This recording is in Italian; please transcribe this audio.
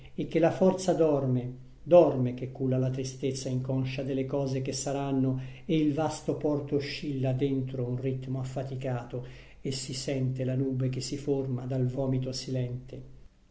e che la forza dorme dorme che culla la tristezza inconscia de le cose che saranno e il vasto porto oscilla dentro un ritmo affaticato e si sente la nube che si forma dal vomito silente